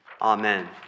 Amen